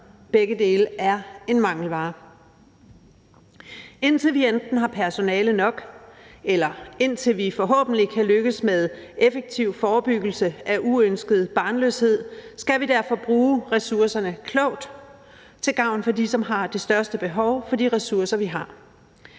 Begge dele er en mangelvare. Indtil vi enten har personale nok, eller indtil vi forhåbentlig kan lykkes med effektiv forebyggelse af uønsket barnløshed, skal vi derfor bruge ressourcerne klogt til gavn for dem, som har det største behov, altså de ressourcer, vi har.